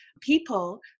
people